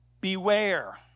Beware